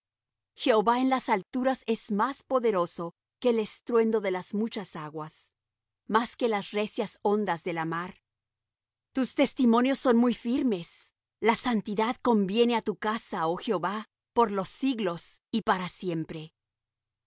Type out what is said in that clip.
jehová en las alturas es más poderoso que el estruendo de las muchas aguas más que las recias ondas de la mar tus testimonios son muy firmes la santidad conviene á tu casa oh jehová por los siglos y para siempre